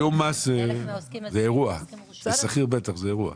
תיאום מס זה אירוע, לשכיר בטח זה אירוע.